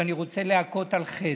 ואני רוצה להכות על חטא.